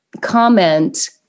comment